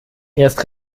erst